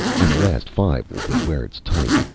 and the last five will be where it's tight.